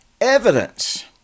evidence